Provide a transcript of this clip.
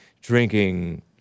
drinking